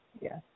Yes